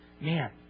man